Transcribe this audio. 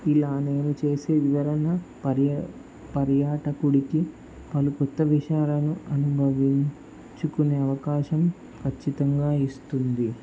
ఇలా నేను చేసే వివరన పర్యా పర్యాటకుడికి వాళ్లు కొత్త విషయాలను అనుభవించుకునే అవకాశం ఖచ్చితంగా ఇస్తుంది